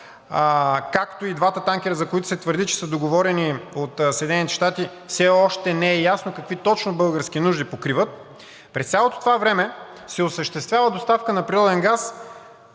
както и двата танкера, за които се твърди, че са договорени от Съединените щати, все още не е ясно какви точно български нужди покриват. През цялото това време се осъществява доставка на природен газ